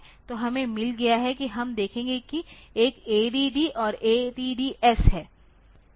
तो हमें मिल गया है कि हम देखेंगे कि एक ADD और ADD S है